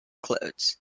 clothes